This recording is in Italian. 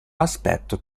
aspetto